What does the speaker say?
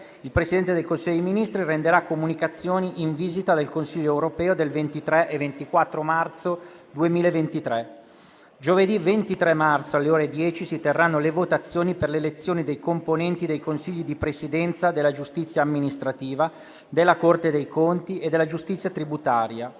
il Presidente del Consiglio dei ministri renderà comunicazioni in vista del Consiglio europeo del 23 e 24 marzo 2023. Giovedì 23 marzo alle ore 10 si terranno le votazioni per l'elezione dei componenti dei Consigli di Presidenza della giustizia amministrativa, della Corte dei conti e della giustizia tributaria.